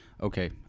Okay